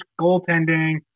goaltending